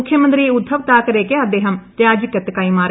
മുഖ്യമന്ത്രി ഉദ്ധവ് താക്കറെയ്ക്ക് അദ്ദേഹം രാജിക്കത്ത് കൈമാറി